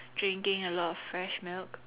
drinking a lot of fresh milk